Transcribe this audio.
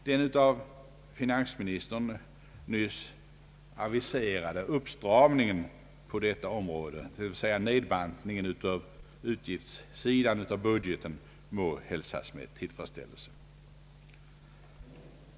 Den av finansministern nyss aviserade uppstramningen på detta område, d.v.s. nedbantningen av utgiftssidan i budgeten, bör hälsas med tillfredsställelse.